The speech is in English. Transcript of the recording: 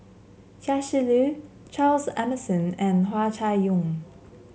Chia Shi Lu Charles Emmerson and Hua Chai Yong